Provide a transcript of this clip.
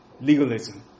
legalism